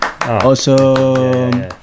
Awesome